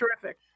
Terrific